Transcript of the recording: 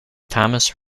thomas